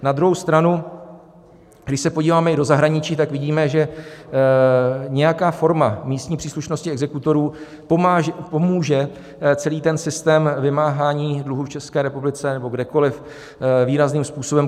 Na druhou stranu, když se podíváme i do zahraničí, tak vidíme, že nějaká forma místní příslušnosti exekutorů pomůže celý systém vymáhání dluhů v České republice nebo kdekoliv výrazným způsobem kultivovat.